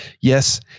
yes